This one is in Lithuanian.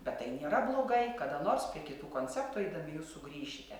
bet tai nėra blogai kada nors prie kitų konceptų eidami jūs sugrįšite